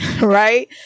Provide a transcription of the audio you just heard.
Right